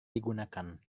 digunakan